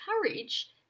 courage